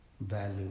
value